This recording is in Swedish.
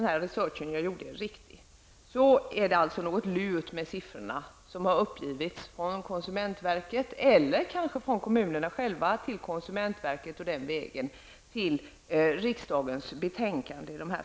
Om den ''research'' jag gjorde är riktig är det alltså något lurt med de siffror som har uppgivits av konsumentverket, eller kanske av kommunerna själva till konsumentverket, och den vägen nått riksdagens betänkande.